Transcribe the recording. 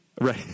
Right